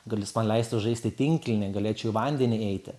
gal jis man leistų žaisti tinklinį galėčiau į vandenį eiti